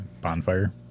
bonfire